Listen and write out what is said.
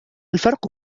الفرق